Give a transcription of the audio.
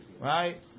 right